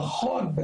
נכון.